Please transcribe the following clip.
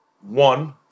one